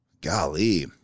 golly